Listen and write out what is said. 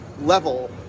level